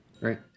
right